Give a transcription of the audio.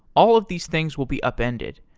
all of these things will be appended.